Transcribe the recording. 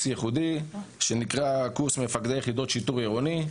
ייחודי שנקרא קורס מפקדי יחידות שיטור עירוני,